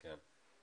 כן.